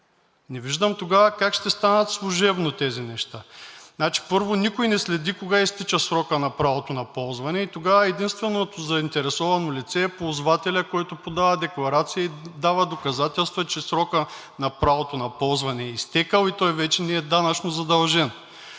Не виждам тогава как ще станат служебно тези неща. Първо, никой не следи кога изтича срокът на правото на ползване. Тогава единственото заинтересовано лице е ползвателят, който подава декларация и дава доказателства, че срокът на правото на ползване е изтекъл и той вече не е данъчно задължен,